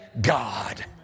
God